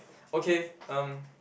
okay um